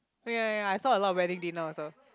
oh ya ya ya I saw a lot of wedding dinner also